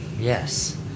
Yes